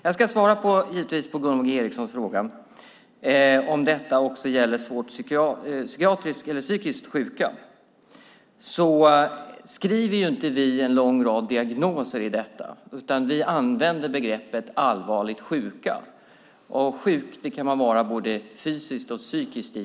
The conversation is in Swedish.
Jag ska givetvis svara på Gunvor G Ericsons fråga om detta också gäller svårt psykiskt sjuka. Vi skriver inte en lång rad diagnoser, utan vi använder begreppet "allvarlig sjukdom". Sjuk kan man givetvis vara både fysiskt och psykiskt.